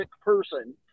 Person